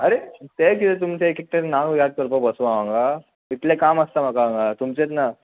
आरे तें कितें तुमचें एक एकट्याचें तर नांव याद करपा बसू हांव हांगा इतलें काम आसता म्हाका हांगा तुमचेंच ना